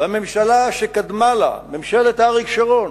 והממשלה שקדמה לה, ממשלת אריק שרון,